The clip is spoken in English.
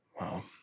Wow